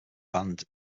band